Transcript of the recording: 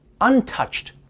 untouched